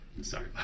Sorry